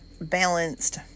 balanced